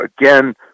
again